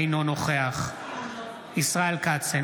אינו נוכח ישראל כץ,